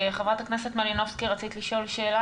חברת הכנסת מלינובסקי, רצית לשאול שאלה?